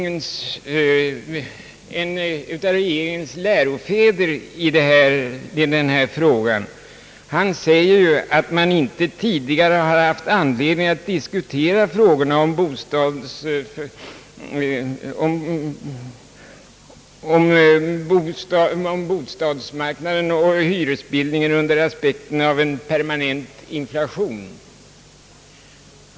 En av regeringens lärofäder i denna fråga säger, att man »inte tidigare» haft anledning att diskutera frågorna om bostadsfinansieringen och hyresbildning under aspekten av en permanent inflation.